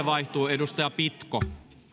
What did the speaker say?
edustaja pitko